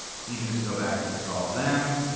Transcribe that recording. you can just go back and click all of them.